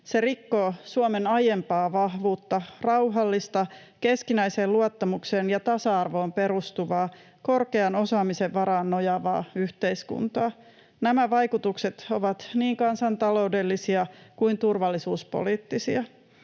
Se rikkoo Suomen aiempaa vahvuutta: rauhallista keskinäiseen luottamukseen ja tasa-arvoon perustuvaa, korkean osaamisen varaan nojaavaa yhteiskuntaa. Nämä vaikutukset ovat niin kansantaloudellisia kuin turvallisuuspoliittisia.